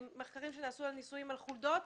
מחקרים שנעשו בניסויים על חולדות,